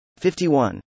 51